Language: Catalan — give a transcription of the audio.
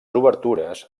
obertures